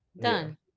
Done